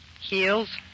Heels